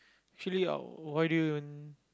actually why do you even